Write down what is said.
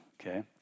okay